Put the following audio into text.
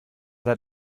seid